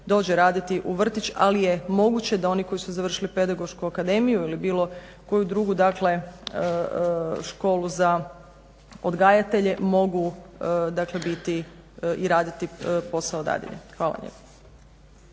dođe raditi u vrtić ali je moguće da oni koji su završili Pedagošku akademiju ili bilo koju drugu školu za odgajatelje mogu biti i raditi posao dadilje. Hvala